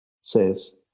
says